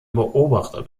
beobachter